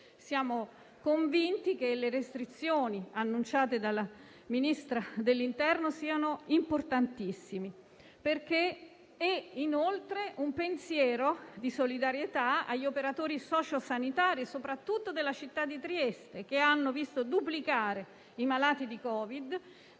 Siamo convinti che le restrizioni annunciate dalla Ministra dell'interno siano importantissime. Rivolgo inoltre un pensiero di solidarietà agli operatori socio-sanitari, soprattutto della città di Trieste, che hanno visto duplicare i malati di Covid.